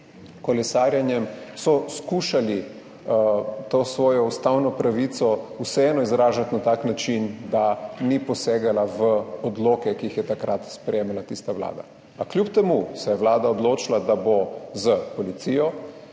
kolesarjenjem, skušali to svojo ustavno pravico vseeno izražati na tak način, da ni posegala v odloke, ki jih je takrat sprejemala tista vlada. A kljub temu se je vlada odločila, da bo s policijo